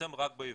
נפרסם רק בעברית.